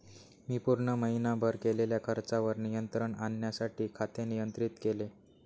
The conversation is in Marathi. मी पूर्ण महीनाभर केलेल्या खर्चावर नियंत्रण आणण्यासाठी खाते नियंत्रित केले